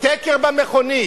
תקר במכונית,